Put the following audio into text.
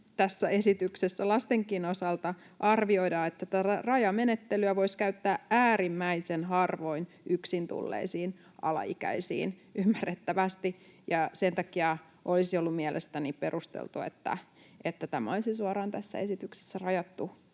tässä esityksessä lastenkin osalta arvioidaan, että tätä rajamenettelyä voisi käyttää äärimmäisen harvoin yksin tulleisiin alaikäisiin, ymmärrettävästi, ja sen takia olisi ollut mielestäni perusteltua, että tämä olisi suoraan tässä esityksessä rajattu